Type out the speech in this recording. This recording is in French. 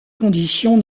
conditions